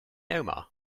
omar